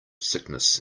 sickness